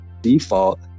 default